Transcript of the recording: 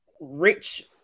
rich